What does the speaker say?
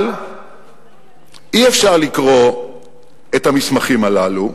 אבל אי-אפשר לקרוא את המסמכים הללו,